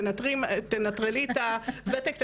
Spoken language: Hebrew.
תנטרלי את הוותק,